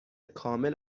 کامل